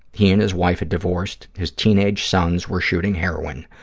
he and his wife had divorced. his teenage sons were shooting heroin.